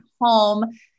home